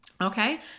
Okay